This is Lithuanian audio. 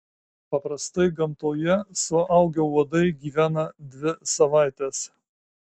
paprastai gamtoje suaugę uodai gyvena dvi savaites